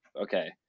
Okay